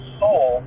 soul